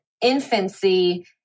infancy